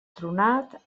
tronat